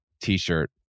t-shirt